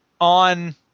on